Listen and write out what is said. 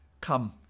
Come